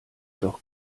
doch